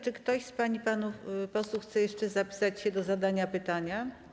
Czy ktoś z pań i panów posłów chce jeszcze zapisać się do zadania pytania?